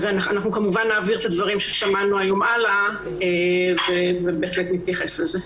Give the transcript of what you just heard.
אנחנו כמובן נעביר את הדברים ששמענו היום הלאה ובהחלט נתייחס לזה.